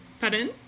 Pardon